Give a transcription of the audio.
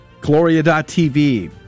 Gloria.tv